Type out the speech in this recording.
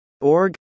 Org